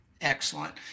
Excellent